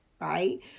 Right